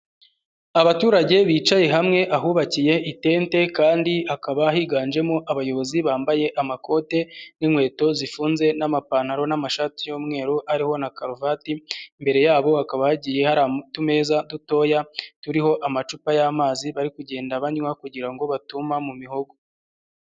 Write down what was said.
Abaturage bicaye hamwe ahubakiye itente kandi hakaba higanjemo abayobozi bambaye amakote n'inkweto zifunze n'amapantaro n'amashati y'umweru ariho na karuvati, imbere yabo hakaba hagiye hari utumeza dutoya turiho amacupa y'amazi bari kugenda banywa kugira ngo batuma mu mihogo.